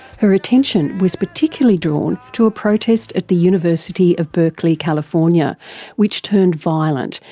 her attention was particularly drawn to a protest at the university of berkeley california which turned violent,